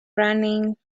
running